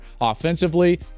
offensively